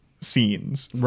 scenes